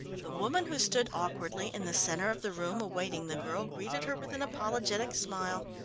the woman who stood awkwardly in the centre of the room awaiting the girl, greeted her with an apologetic smile.